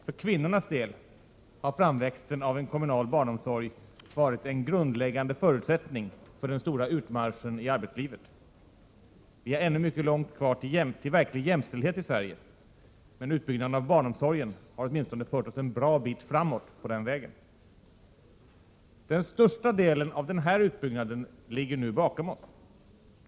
För kvinnornas del har framväxten av en kommunal barnomsorg varit en grundläggande förutsättning för den stora utmarschen i arbetslivet. Vi har ännu mycket långt kvar till verklig jämställdhet i Sverige, men utbyggnaden av barnomsorgen har åtminstone fört oss en bra bit framåt på den vägen. Den största delen av denna utbyggnad ligger nu bakom oss.